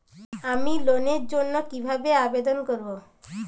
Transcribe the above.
আমি লোনের জন্য কিভাবে আবেদন করব?